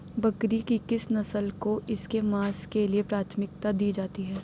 बकरी की किस नस्ल को इसके मांस के लिए प्राथमिकता दी जाती है?